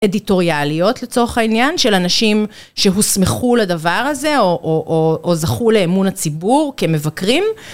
אדיטוריאליות לצורך העניין של אנשים שהוסמכו לדבר הזה או זכו לאמון הציבור כמבקרים